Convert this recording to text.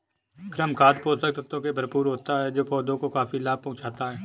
कृमि खाद पोषक तत्वों से भरपूर होता है जो पौधों को काफी लाभ पहुँचाता है